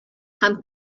һәм